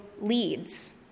leads